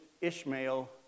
Ishmael